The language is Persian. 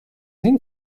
این